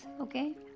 okay